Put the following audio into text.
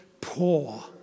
poor